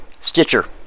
Stitcher